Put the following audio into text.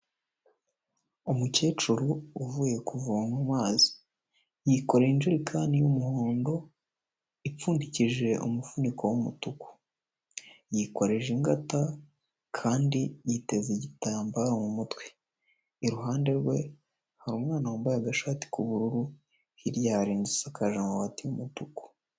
Umukecuru uvuye kuvoma amazi, yikoreye injerekani y'umuhondo ipfundikishije umufuniko w'umutuku, yikoreje ingata kandi yiteze igitambaro mu mutwe, iruhande rwe hari umwana wambaye agashati k'ubururu, hirya hari inzu isakaje amabati y'umutuku.